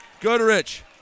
Goodrich